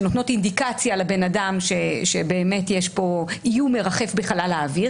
שנותנות אינדיקציה לבן אדם שיש פה "איום מרחף בחלל האוויר",